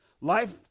Life